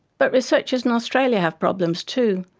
but researchers in australia have problems too.